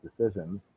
decisions